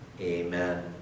Amen